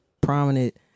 prominent